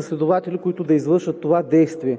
следователи, които да извършат това действие.